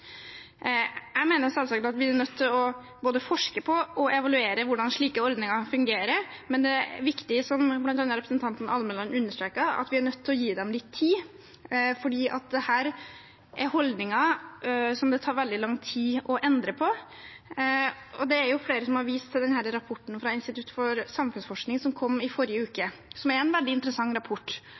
Jeg mener at vi er nødt til både å forske på og evaluere hvordan slike ordninger fungerer. Men, som bl.a. representanten Almeland understreket, er vi nødt til å gi dem litt tid, fordi dette er holdninger som det tar veldig lang tid å endre. Det er flere som har vist til rapporten fra Institutt for samfunnsforskning som kom i forrige uke, som er en veldig interessant rapport.